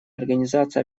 организация